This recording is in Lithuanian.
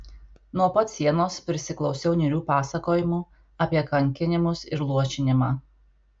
nuo pat sienos prisiklausiau niūrių pasakojimų apie kankinimus ir luošinimą